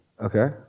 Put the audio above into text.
Okay